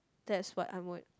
that's what I'm good